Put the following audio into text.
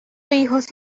hijos